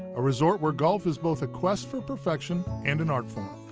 a resort where golf is both a quest for perfection and an art form.